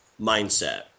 mindset